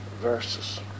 verses